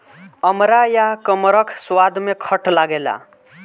अमड़ा या कमरख स्वाद में खट्ट लागेला